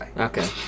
Okay